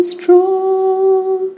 strong